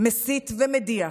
מסית ומדיח,